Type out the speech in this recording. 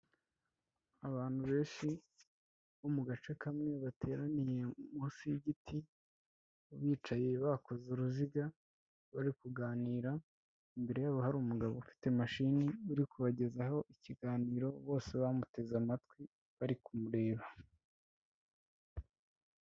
Abantu benshi bo mu gace kamwe bateraniye munsi y'igiti, bicaye bakoze uruziga bari kuganira, imbere yabo hari umugabo ufite mashini uri kubagezaho ikiganiro bose bamuteze amatwi bari kumureba.